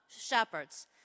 shepherds